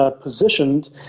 Positioned